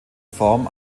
form